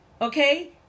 Okay